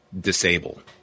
disable